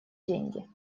деньги